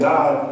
God